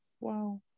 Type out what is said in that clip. Wow